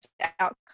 outcome